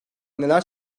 neler